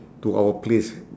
to our place